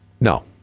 No